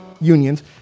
unions